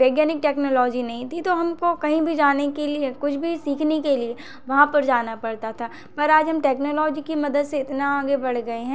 वैज्ञानिक टेक्नोलॉजी नहीं थी तो हमको कहीं भी जाने के लिए कुछ भी सीखने के लिए वहाँ पर जाना पड़ता था पर आज हम टेक्नोलॉजी की मदद से इतना आगे बढ़ गए हैं